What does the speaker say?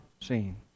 seen